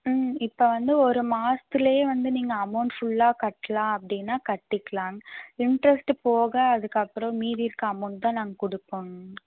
ம் இப்போ வந்து ஒரு மாதத்துலே வந்து நீங்கள் அமௌண்ட் ஃபுல்லாக கட்டலாம் அப்படின்னா கட்டிக்கலாங்க இன்ட்ரெஸ்ட்டு போக அதற்கப்பறம் மீதி இருக்க அமௌண்ட் தான் நாங்கள் கொடுப்போங்க